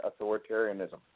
authoritarianism